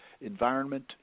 environment